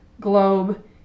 globe